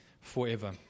forever